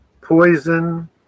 poison